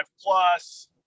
plus